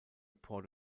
port